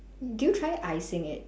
do you try icing it